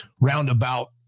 roundabout